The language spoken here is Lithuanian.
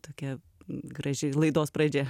tokia graži laidos pradžia